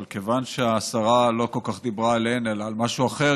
אבל כיוון שהשרה לא כל כך דיברה עליהן אלא על משהו אחר,